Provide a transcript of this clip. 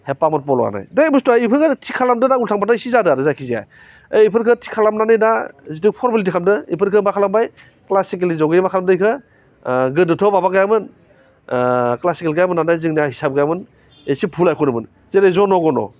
HEPA मन पल'वा नाय दा बे बुस्थुवा बेफोरखौ थि खालामदोंना उल्थां फाल्थांसो जादों आरोखि जायखिजाया बेफोरखौ थिख खालामनानै दा जिथु फर्मेलिटि खालामदों बेफोरखौ मा खालामबाय क्लासिकेल जगै मा खालामदों बेखौ गोदोथ' माबा गैयामोन क्लासिकेल गैयामोन नालाय जोंनिया हिसाब गैयामोन एसे बुहुलाव खनोमोन जेरै जण' गण'